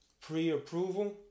pre-approval